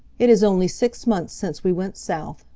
it is only six months since we went south,